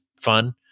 fun